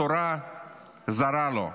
התורה זרה לו,